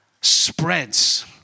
spreads